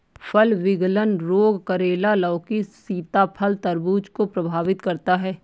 फल विगलन रोग करेला, लौकी, सीताफल, तरबूज को प्रभावित करता है